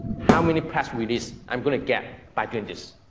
how many press releases i'm gonna get by doing this.